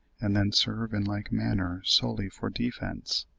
and then serve in like manner solely for defence.